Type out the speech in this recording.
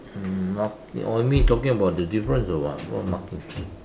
um marking oh you mean you talking about the difference or what what marking